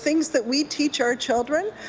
things that we teach our children,